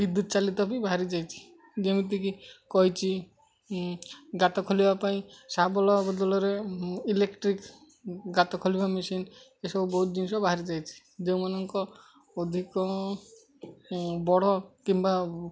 ବିଦ୍ୟୁତ ଚାଳିତ ବି ବାହାରି ଯାଇଛି ଯେମିତିକି କହିଛି ଗାତ ଖୋଳିବା ପାଇଁ ଶାବଳ ବଦଳରେ ଇଲେକ୍ଟ୍ରିକ୍ ଗାତ ଖୋଳିବା ମେସିନ୍ ଏସବୁ ବହୁତ ଜିନିଷ ବାହାରି ଯାଇଛି ଯେଉଁମାନଙ୍କ ଅଧିକ ବଡ଼ କିମ୍ବା